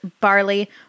barley